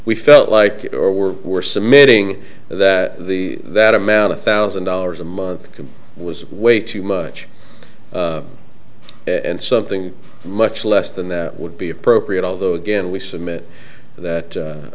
we felt like it or were were submitting that the that a man a thousand dollars a month was way too much and something much less than that would be appropriate although again we submit that